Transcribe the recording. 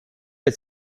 had